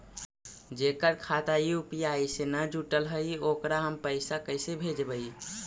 जेकर खाता यु.पी.आई से न जुटल हइ ओकरा हम पैसा कैसे भेजबइ?